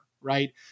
Right